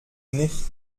nicht